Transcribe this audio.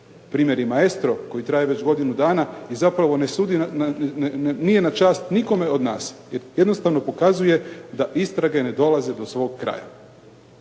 Primjeri “Maestro“ koji traje već godinu dana nije na čast nikome od nas, jer jednostavno pokazuje da istrage ne dolaze do svog kraja.